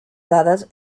dades